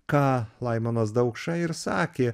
ką laimonas daukša ir sakė